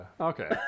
Okay